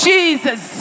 Jesus